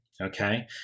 Okay